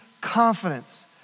confidence